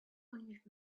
hundred